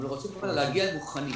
אבל רוצים כבר להגיע מוכנים.